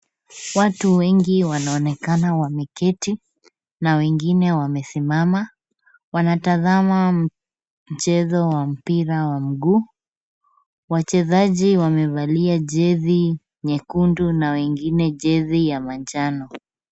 Watu wengi wanaonekana wameketi na wengine wamesimama wanatazama mchezo wa mpira wa mguu. Wachezaji wamevalia Jezi nyekundu na wengine Jezi ya manjano.